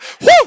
Woo